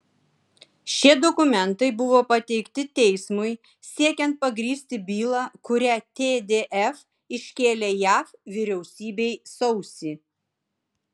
šie dokumentai buvo pateikti teismui siekiant pagrįsti bylą kurią tdf iškėlė jav vyriausybei sausį